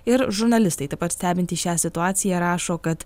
ir žurnalistai taip pat stebintys šią situaciją rašo kad